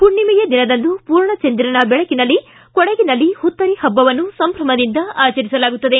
ಹುಣ್ಣೆಮೆಯ ದಿನದಂದು ಪೂರ್ಣ ಚಂದಿರನ ದೆಳಕಿನಲ್ಲಿ ಕೊಡಗಿನಲ್ಲಿ ಹುತ್ತರಿ ಪಭ್ವವನ್ನು ಸಂಭ್ರಮದಿಂದ ಆಚರಿಸಲಾಗುತ್ತದೆ